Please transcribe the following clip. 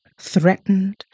threatened